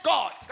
God